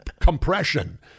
compression